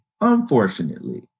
unfortunately